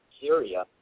Syria